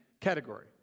category